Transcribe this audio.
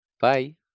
Bye